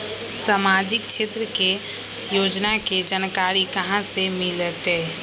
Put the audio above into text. सामाजिक क्षेत्र के योजना के जानकारी कहाँ से मिलतै?